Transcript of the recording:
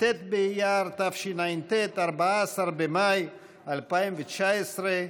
ט' באייר התשע"ט (14 במאי 2019)